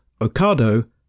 Ocado